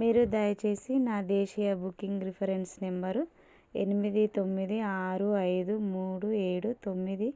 మీరు దయచేసి నా దేశీయ బుకింగ్ రిఫరెన్స్ నెంబరు ఎనిమిది తొమ్మిది ఆరు ఐదు మూడు ఏడు తొమ్మిది